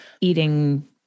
eating